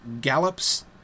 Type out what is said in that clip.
Gallops